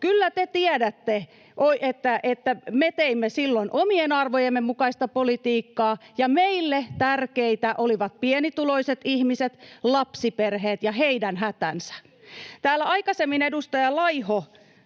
kyllä te tiedätte, että me teimme silloin omien arvojemme mukaista politiikkaa ja meille tärkeitä olivat pienituloiset ihmiset, lapsiperheet ja heidän hätänsä. Täällä aikaisemmin edustaja Laiho